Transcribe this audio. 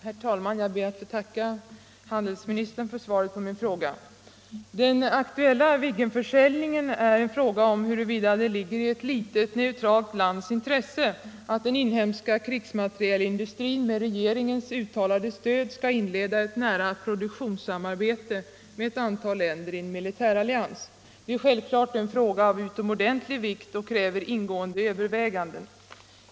Herr talman! Jag ber att få tacka handelsministern för svaret på min fråga. Den aktuella Viggenförsäljningen är en fråga om huruvida det ligger i ett litet, neutralt lands intresse att den inhemska krigsmaterielindustrin med regeringens uttalade stöd skall inleda ett nära produktionssamarbete med ett antal länder i en militärallians. Det är självfallet en fråga av utomordentlig vikt, och den kräver ingående överväganden.